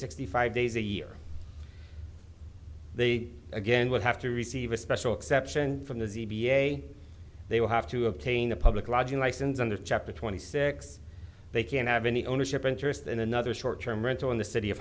sixty five days a year they again would have to receive a special exception from the z b a they will have to obtain a public lodging license under chapter twenty six they can't have any ownership interest in another short term rental in the city of